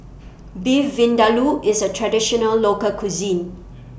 Beef Vindaloo IS A Traditional Local Cuisine